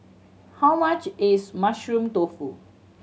how much is Mushroom Tofu